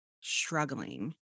struggling